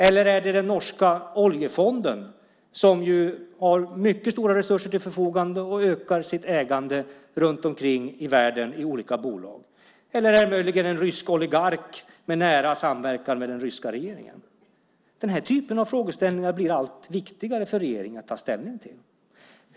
Eller är det den norska oljefonden som ju har mycket stora resurser till förfogande och ökar sitt ägande runt om kring i världen i olika bolag? Är det möjligen en rysk oligark med nära samverkan med den ryska regeringen? Den här typen av frågeställningar blir allt viktigare för regeringen att ta ställning till.